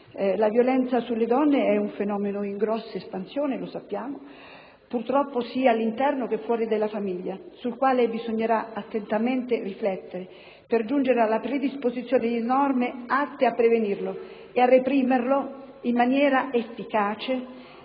alla violenza sulle donne. Quest'ultimo è un fenomeno in grande espansione - lo sappiamo - purtroppo sia all'interno che fuori della famiglia; su di esso bisognerà attentamente riflettere per giungere alla predisposizione di norme atte a prevenirlo e a reprimerlo in maniera efficace.